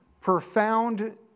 profound